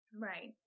right